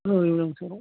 ஓ எவ்வளோங்க சார்